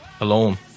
Alone